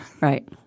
Right